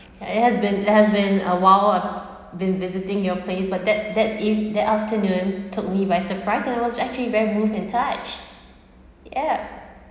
and it has been there has been a while I been visiting new place but that that eve~ that afternoon took me by surprise and it was actually very moved and touched yeah